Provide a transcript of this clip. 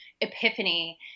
epiphany